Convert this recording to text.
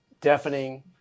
deafening